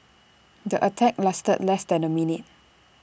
the attack lasted less than A minute